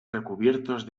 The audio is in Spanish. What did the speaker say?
recubiertos